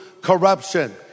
corruption